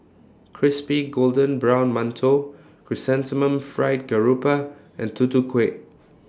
Crispy Golden Brown mantou Chrysanthemum Fried Garoupa and Tutu Kueh